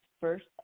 first